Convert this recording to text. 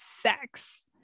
sex